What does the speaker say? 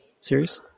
series